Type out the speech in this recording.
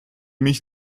mich